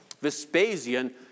Vespasian